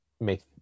make